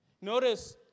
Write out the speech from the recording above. Notice